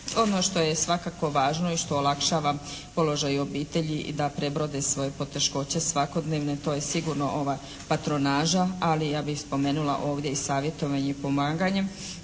Ono što je svakako važno i što olakšava položaj u obitelji da prebrode svoje poteškoće svakodnevne, to je sigurno ova patronaža. Ali ja bih spomenula ovdje i savjetovanje i pomaganje